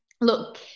look